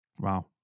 Wow